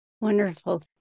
wonderful